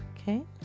Okay